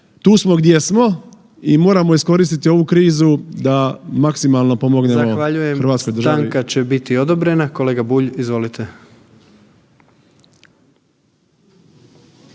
Tu smo gdje smo i moramo iskoristi ovu krizu da maksimalno pomognemo Hrvatskoj državi. **Jandroković, Gordan (HDZ)** Zahvaljujem, stanka će biti odobrena. Kolega Bulj, izvolite.